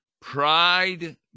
Pride